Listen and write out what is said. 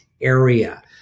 area